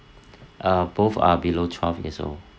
uh both are below twelve years old